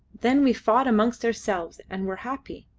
then we fought amongst ourselves and were happy.